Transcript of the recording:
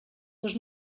dos